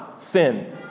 sin